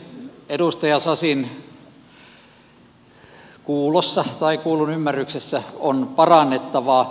edustaja sasin kuulossa tai kuullunymmärryksessä on parannettavaa